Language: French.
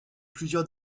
plusieurs